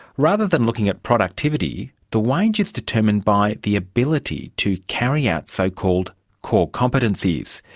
rather than looking at productivity, the wage is determined by the ability to carry out so-called core competencies.